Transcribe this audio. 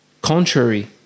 contrary